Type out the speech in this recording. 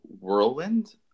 whirlwind